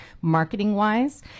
marketing-wise